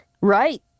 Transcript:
right